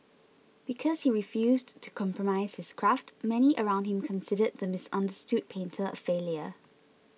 because he refused to compromise his craft many around him considered the misunderstood painter a failure